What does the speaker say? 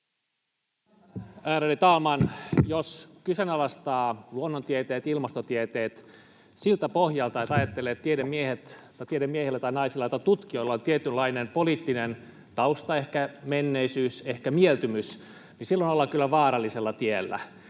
Jos kyseenalaistaa luonnontieteet, ilmastotieteet siltä pohjalta, että ajattelee, että tiedemiehillä tai -naisilla, tutkijoilla, on tietynlainen poliittinen tausta, ehkä menneisyys, ehkä mieltymys, niin silloin ollaan kyllä vaarallisella tiellä,